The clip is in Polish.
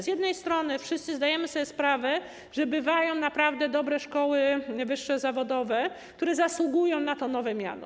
Z jednej strony wszyscy zdajemy sobie sprawę, że bywają naprawdę dobre szkoły wyższe zawodowe, które zasługują na to nowe miano.